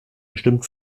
bestimmt